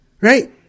Right